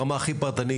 ברמה הכי פרטנית,